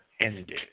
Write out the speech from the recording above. ended